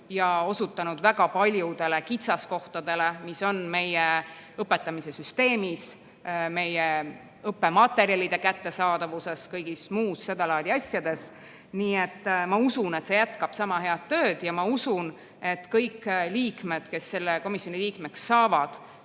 ja osutanud väga paljudele kitsaskohtadele, mis on meie õpetamise süsteemis, meie õppematerjalide kättesaadavuses, kõigis muus seda laadi asjades. Ma usun, et see jätkab sama head tööd, ja ma usun, et kõik, kes selle komisjoni liikmeks saavad,